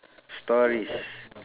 stories